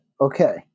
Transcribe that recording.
Okay